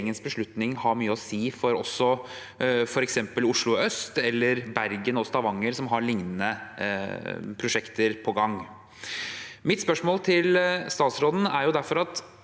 ha mye å si, også for f.eks. Oslo øst eller Bergen og Stavanger, som har lignende prosjekter på gang. Mitt spørsmål til statsråden er derfor: